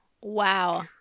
Wow